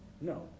no